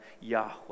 Yahweh